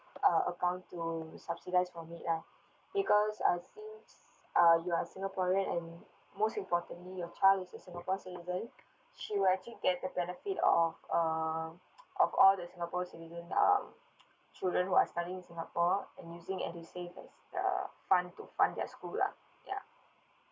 uh account to subsidize from it lah because I think uh you are singaporean and most importantly your child is a singapore citizen she will actually get the benefit of uh of all the singapore citizen um children who are study in singapore and using edusave as uh fund to fund their school lah ya